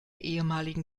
ehemaligen